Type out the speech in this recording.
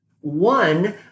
One